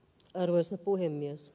arvoisa puhemies